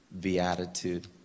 beatitude